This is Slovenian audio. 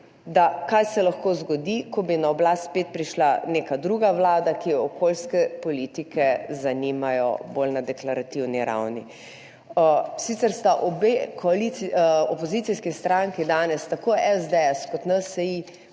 kaj se lahko zgodi, če bi na oblast spet prišla neka druga vlada, ki jo okoljske politike zanimajo bolj na deklarativni ravni. Sicer sta obe opozicijski stranki, tako SDS kot NSi,